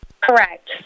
Correct